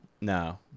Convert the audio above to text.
No